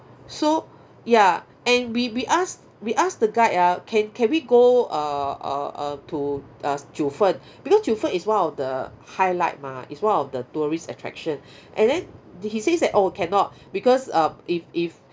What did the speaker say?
so ya and we we ask we ask the guide ah can can we go uh uh uh to uh jiufen because jiufen is one of the highlight mah is one of the tourist attraction and then he says that oh cannot because uh if if